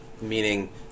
meaning